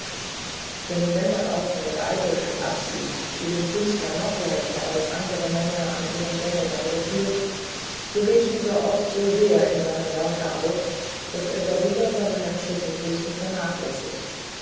denn wenn man auch von der eitelkeit absieht die den künstler noch leichter als andere männer an ihrem gängelbande führt so geht dieser oft so sehr in seinem werke auf daß er darüber seine menschlichen pflichten vernachlässigt